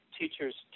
teachers